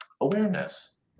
awareness